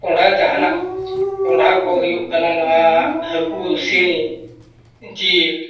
ᱠᱚᱰᱷᱟ ᱡᱟᱦᱟᱱᱟᱜ ᱠᱚᱰᱷᱟ ᱠᱚ ᱦᱩᱭᱩᱜ ᱠᱟᱱᱟ ᱱᱚᱣᱟ ᱦᱟᱹᱠᱩ ᱥᱤᱲᱤᱡ ᱡᱤᱞ